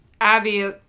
Abby